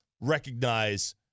recognize